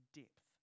depth